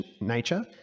Nature